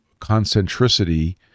concentricity